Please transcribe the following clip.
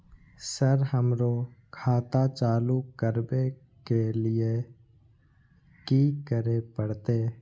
Sir हमरो खाता चालू करबाबे के ली ये की करें परते?